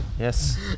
Yes